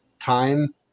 time